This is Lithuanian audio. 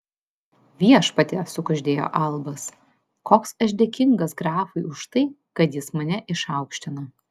viešpatie sukuždėjo albas koks aš dėkingas grafui už tai kad jis mane išaukštino